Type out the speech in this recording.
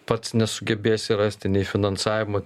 pats nesugebėsi rasti nei finansavimo